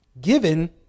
given